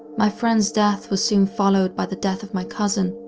my friends death was soon followed by the death of my cousin,